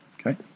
okay